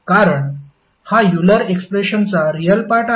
कारण हा युलर एक्सप्रेशनचा रियाल पार्ट आहे